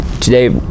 Today